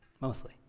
mostly